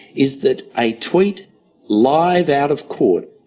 is that a tweet live out of court,